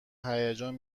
هیجان